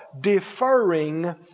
deferring